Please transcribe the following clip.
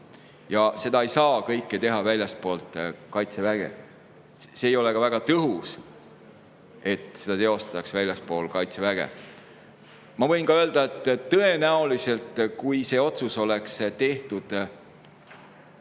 kõike ei saa teha väljaspool Kaitseväge. See ei oleks ka väga tõhus, kui seda teostataks väljaspool Kaitseväge. Ma võin ka öelda, et kui see otsus oleks tehtud